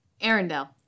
Arendelle